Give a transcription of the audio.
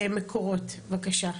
מקורות, בבקשה.